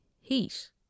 heat